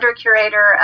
Curator